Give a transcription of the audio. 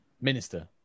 Minister